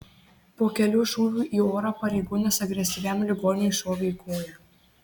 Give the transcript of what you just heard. po kelių šūvių į orą pareigūnas agresyviam ligoniui šovė į koją